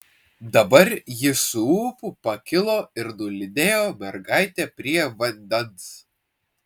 dabar jis su ūpu pakilo ir nulydėjo mergaitę prie vandens